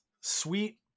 sweet